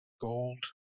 gold